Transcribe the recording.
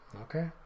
Okay